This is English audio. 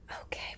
Okay